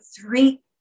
three